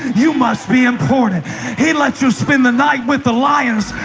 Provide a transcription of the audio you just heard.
you must be important he lets you spend the night with the lions,